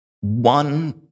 one